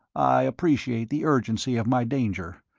i appreciate the urgency of my danger.